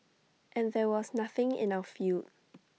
and there was nothing in our field